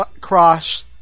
cross